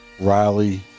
Riley